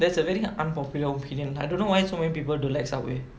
there's a very unpopular opinion I don't know why so many people don't like subway